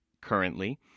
currently